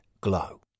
glow